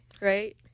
right